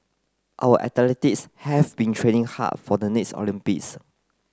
our athletes have been training hard for the next Olympics